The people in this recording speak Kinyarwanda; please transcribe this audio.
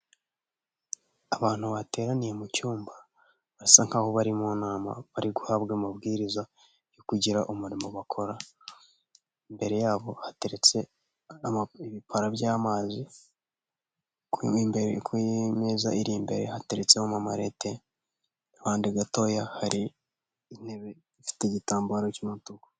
Abantu bateraniye mu cyumba basa nk'aho bari mu nama bari guhabwa amabwiriza yo kugira umurimo bakora, imbere yabo hateretse ibipara by'amazi kumeza iri imbere hateretsemo amamalete iruhande gatoya hari intebe ifite igitambaro cy'umutuku.